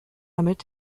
damit